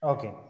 Okay